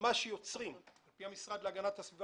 על ידי כך יוצרים על פי המשרד להגנת הסביבה,